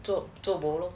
做做不了